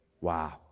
wow